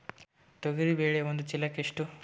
ತೊಗರಿ ಬೇಳೆ ಒಂದು ಚೀಲಕ ಎಷ್ಟು?